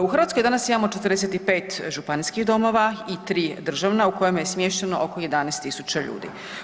U Hrvatskoj danas imamo 45 županijskih domova i 3 država u kojima je smješteno oko 11.000 ljudi.